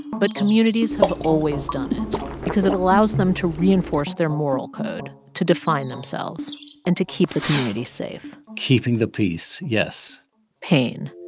but communities have always done it because it allows them to reinforce their moral code, to define themselves and to keep the community safe keeping the peace. yes pain.